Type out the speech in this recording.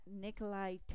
Nikolai